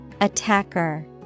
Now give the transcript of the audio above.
Attacker